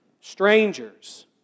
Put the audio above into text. strangers